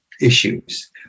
issues